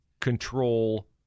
control